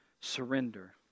surrender